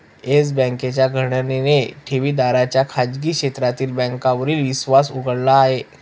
yes बँकेच्या घटनेने ठेवीदारांचा खाजगी क्षेत्रातील बँकांवरील विश्वास उडाला आहे